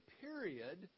period